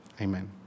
Amen